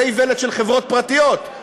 זו איוולת של חברות פרטיות,